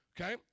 Okay